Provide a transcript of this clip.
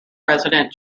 president